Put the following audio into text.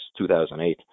2008